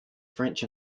french